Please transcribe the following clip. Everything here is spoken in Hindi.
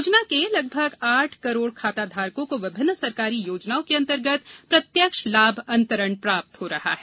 योजना के लगभग आठ करोड़ खाता धारकों को विभिन्न सरकारी योजनाओं के अंतर्गत प्रत्यक्ष लाभ अंतरण प्राप्त हो रहा है